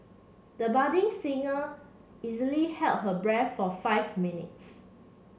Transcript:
the budding singer easily held her breath for five minutes